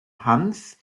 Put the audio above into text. hanf